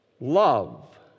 love